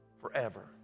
forever